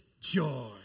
joy